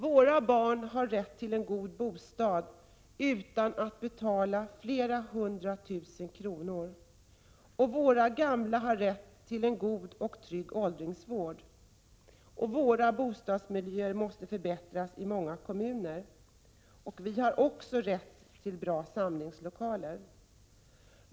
Våra barn har rätt till en god bostad utan att betala flera hundra tusen kronor. Våra gamla har rätt till en god och trygg åldringsvård. Våra bostadsmiljöer måste förbättras i många kommuner. Vi har också rätt till bra samlingslokaler.